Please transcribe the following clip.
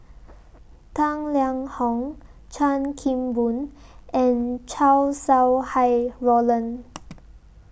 Tang Liang Hong Chan Kim Boon and Chow Sau Hai Roland